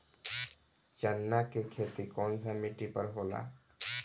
चन्ना के खेती कौन सा मिट्टी पर होला?